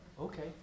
okay